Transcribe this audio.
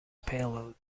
payload